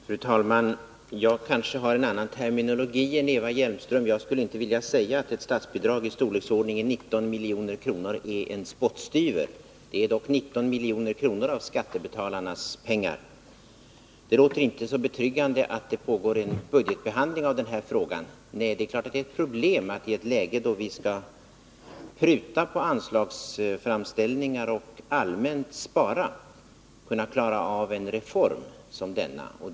Fru talman! Jag kanske har en annan terminologi än Eva Hjelmström. Jag skulle inte vilja säga att ett statsbidrag i storleksordningen 19 milj.kr. är en spottstyver — det är dock 19 milj.kr. av skattebetalarnas pengar. Detlåter inte så betryggande att det pågår en budgetbehandling av den här frågan, säger Eva Hjelmström. Nej, det är klart att det är ett problem att i ett läge då vi skall pruta på anslagsframställningar och spara allmänt kunna klara av en reform som denna.